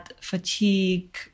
fatigue